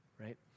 Right